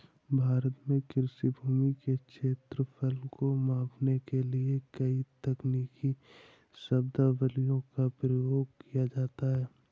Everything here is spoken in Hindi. भारत में कृषि भूमि के क्षेत्रफल को मापने के लिए कई तकनीकी शब्दावलियों का प्रयोग किया जाता है